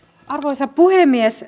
arvoisa puhemies